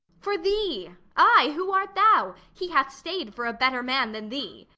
for thee! ay, who art thou? he hath stay'd for a better man than thee.